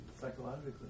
psychologically